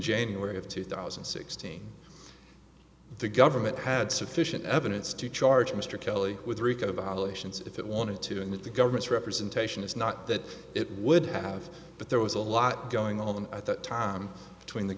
january of two thousand and sixteen the government had sufficient evidence to charge mr kelly with rico violations if it wanted to and that the government's representation is not that it would have but there was a lot going on at that time between the